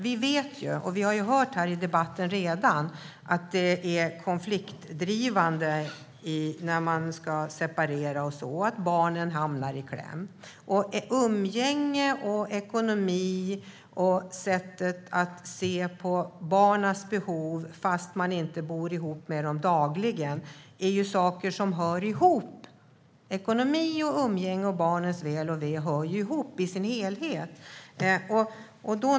Vi vet och vi har redan hört i debatten att det är konfliktdrivande att separera och att barnen hamnar i kläm. Umgänge, ekonomi och sättet att se på barnens behov fast man inte bor ihop med dem dagligen är saker som hör ihop. Ekonomi, umgänge och barnens väl och ve hör ihop i sin helhet.